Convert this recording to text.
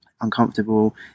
uncomfortable